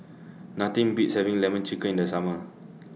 Nothing Beats having Lemon Chicken in The Summer